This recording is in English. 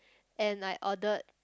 and I ordered